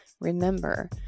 Remember